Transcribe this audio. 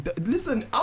Listen